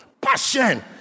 passion